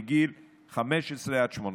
מגיל 15 עד 18,